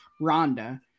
Rhonda